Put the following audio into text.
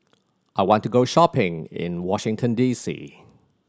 I want to go shopping in Washington D C